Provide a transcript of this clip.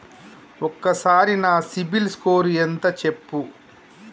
ఒక్కసారి నా సిబిల్ స్కోర్ ఎంత చెప్పు?